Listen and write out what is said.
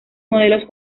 modelos